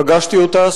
פגשתי אותה,